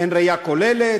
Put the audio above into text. אין ראייה כוללת.